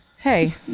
Hey